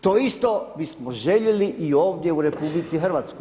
To isto bismo željeli i ovdje u RH.